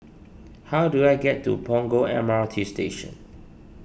how do I get to Punggol M R T Station